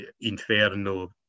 Inferno